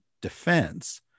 defense